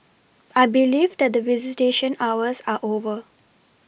I believe that the visitation hours are over